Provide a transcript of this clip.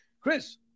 Chris